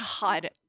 God